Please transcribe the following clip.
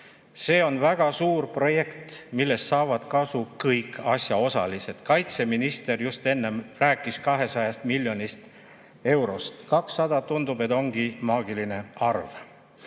See on väga suur projekt, millest saavad kasu kõik asjaosalised. Kaitseminister enne rääkis 200 miljonist eurost. 200, tundub, ongi maagiline arv!